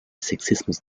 sexismus